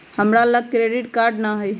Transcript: हमरा लग credit card नऽ हइ